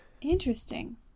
Interesting